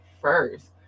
first